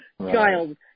child